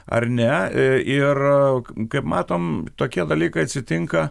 ar ne e ir kaip matom tokie dalykai atsitinka